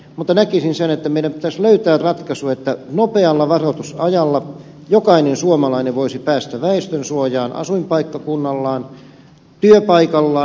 mutta näkisin sen että meidän pitäisi löytää ratkaisu että nopealla varoitusajalla jokainen suomalainen voisi päästä väestönsuojaan asuinpaikkakunnallaan työpaikallaan